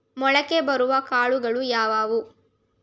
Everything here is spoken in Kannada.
ಮೊಳಕೆ ಬರುವ ಕಾಳುಗಳು ಯಾವುವು?